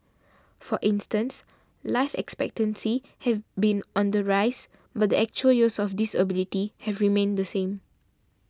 for instance life expectancy have been on the rise but the actual years of disability have remained the same